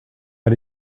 why